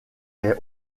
est